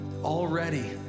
already